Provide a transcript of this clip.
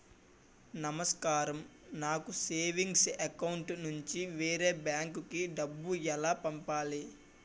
నమస్కారం నాకు savings account నుంచి వేరే బ్యాంక్ కి డబ్బు ఎలా పంపాలి?